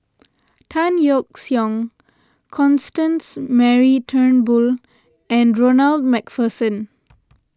Tan Yeok Seong Constance Mary Turnbull and Ronald MacPherson